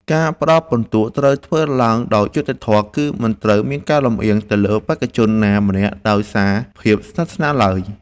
ការផ្ដល់ពិន្ទុត្រូវធ្វើឡើងដោយយុត្តិធម៌ គឺ មិនត្រូវមានការលំអៀងទៅលើបេក្ខជនណាម្នាក់ដោយសារភាពស្និទ្ធស្នាលឡើយ។